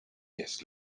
just